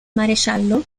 maresciallo